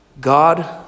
God